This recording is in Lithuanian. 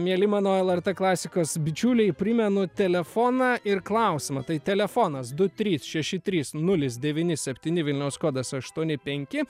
mieli mano lrt klasikos bičiuliai primenu telefoną ir klausimą tai telefonas du trys šeši trys nulis devyni septyni vilniaus kodas aštuoni penki